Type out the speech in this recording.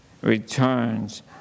returns